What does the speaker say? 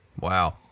Wow